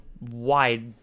wide